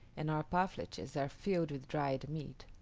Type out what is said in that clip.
and our parfleches are filled with dried meat.